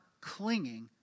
clinging